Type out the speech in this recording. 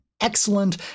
excellent